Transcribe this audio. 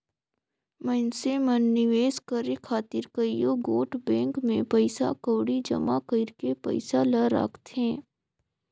मइनसे मन निवेस करे खातिर कइयो गोट बेंक में पइसा कउड़ी जमा कइर के पइसा ल राखथें